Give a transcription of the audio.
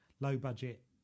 low-budget